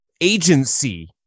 agency